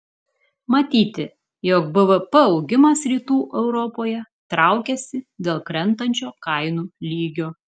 matyti jog bvp augimas rytų europoje traukiasi dėl krentančio kainų lygio